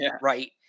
Right